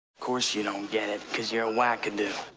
course you don't get it, because you're a wackadoo.